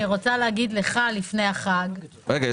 אני רוצה להגיד לך לפני החג --- רגע,